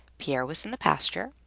pier was in the pasture,